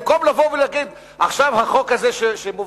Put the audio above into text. במקום לבוא ולהגיד: עכשיו החוק הזה שמובא,